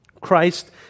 Christ